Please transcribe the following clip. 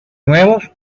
nuevos